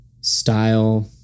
style